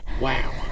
Wow